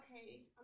Okay